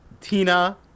Tina